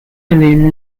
walloon